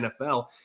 NFL